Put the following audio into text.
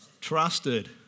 Trusted